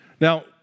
Now